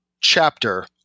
chapter